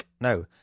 no